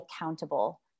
accountable